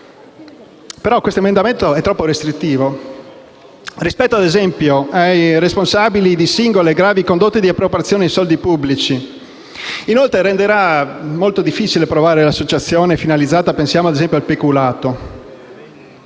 dei relatori, però, è troppo restrittivo, rispetto - ad esempio - ai responsabili di singole e gravi condotte di appropriazioni di soldi pubblici. Inoltre, renderà molto difficile provare l'associazione finalizzata, come - ad esempio - il peculato.